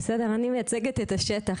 אני מייצגת את השטח,